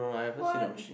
what